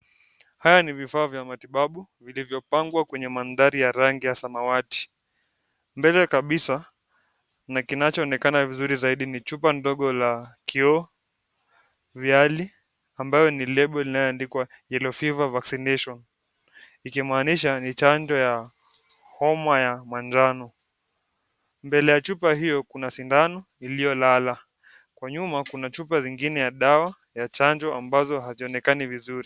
Haya ni vifaa vya matibabu vilivyopangwa kwenye mandhari ya rangi ya samawati , mbele kabisa chenye kinachoonekana vizuri zaidi ni chupa ndogo la kioo ilhali ambayo ni (cs) lable (cs)limeandikwa (cs)Yellow Fever Vaccination (cs) ,ikimaanisha ni chanjo ya homa ya majano , mbele ya chupa hio kuna sidano iliyolala kwa nyuma kuna chupa zingine ya dawa ya chanjo ambazo hazionekani vizuri.